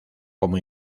como